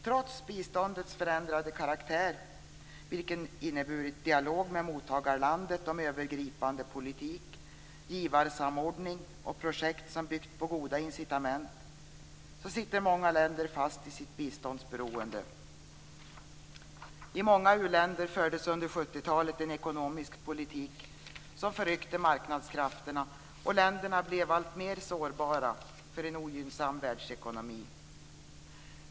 Trots biståndets förändrade karaktär, vilken inneburit dialog med mottagarlandet om övergripande politik, givarsamordning och projekt som byggt på goda incitament sitter många länder fast i sitt biståndsberoende. I många u-länder fördes under 1970 talet en ekonomisk politik som förryckte marknadskrafterna, och länderna blev alltmer sårbara för en ogynnsam världsekonomi.